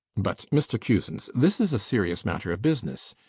but, mr cusins, this is a serious matter of business.